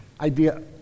idea